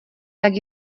tak